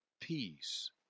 peace